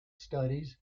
studies